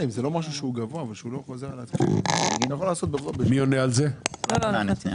מי עונה על זה?